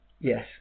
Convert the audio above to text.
Yes